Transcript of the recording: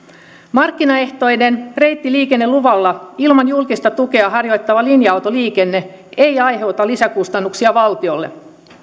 markkinaehtoinen reittiliikenneluvalla ilman julkista tukea harjoitettava linja autoliikenne ei aiheuta lisäkustannuksia valtiolle